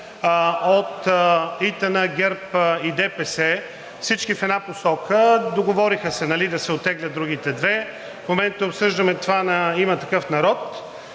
от ИТН, ГЕРБ и ДПС, всички в една посока, договориха се да се оттеглят другите две, в момента обсъждаме това на „Има такъв народ“.